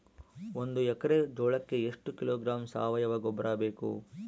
ಒಂದು ಎಕ್ಕರೆ ಜೋಳಕ್ಕೆ ಎಷ್ಟು ಕಿಲೋಗ್ರಾಂ ಸಾವಯುವ ಗೊಬ್ಬರ ಬೇಕು?